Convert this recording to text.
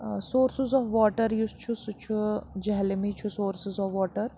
sources of water یُس چھُ سُہ چھُ جہلمی چھُ سورسِز آف واٹر